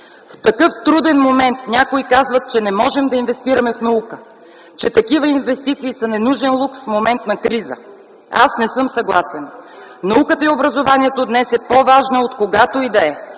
„В такъв труден момент някои казват, че не можем да инвестираме в наука, че такива инвестиции са ненужен лукс в момент на криза. Аз не съм съгласен. Науката и образованието днес е по-важна откогато и да е